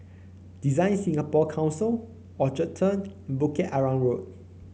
Design Singapore Council Orchard Turn and Bukit Arang Road